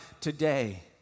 today